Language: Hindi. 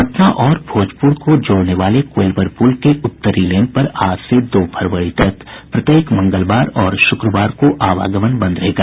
पटना और भोजपुर को जोड़ने वाले कोइलवर पुल के उत्तरी लेन पर आज से दो फरवरी तक प्रत्येक मंगलवार और शुक्रवार को आवागमन बंद रहेगा